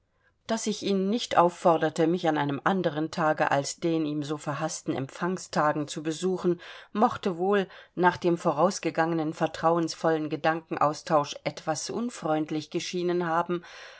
daß ich ihn nicht aufforderte mich an einem anderen tage als an den ihm so verhaßten offiziellen empfangstagen zu besuchen mochte wohl nach dem vorausgegangenen vertrauensvollen gedankenaustausch etwas unfreundlich geschienen haben